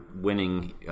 winning